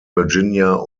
virginia